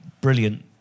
brilliant